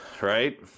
right